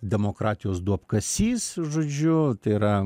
demokratijos duobkasys žodžiu tai yra